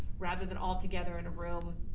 rather than altogether in a room.